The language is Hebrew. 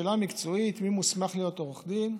מי מוסמך להיות עורך דין,